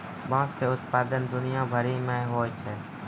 बाँस के उत्पादन दुनिया भरि मे होय छै